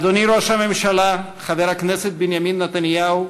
אדוני ראש הממשלה, חבר הכנסת בנימין נתניהו,